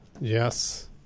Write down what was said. Yes